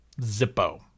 Zippo